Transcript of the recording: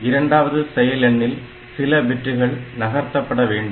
இரண்டாவது செயல் எண்ணில் சில பிட்டுகள் நகர்த்தப்பட வேண்டும்